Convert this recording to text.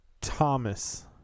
Thomas